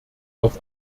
auf